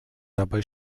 dabei